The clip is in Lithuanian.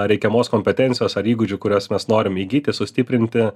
reikiamos kompetencijos ar įgūdžių kuriuos mes norim įgyti sustiprinti